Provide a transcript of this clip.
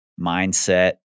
mindset